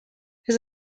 his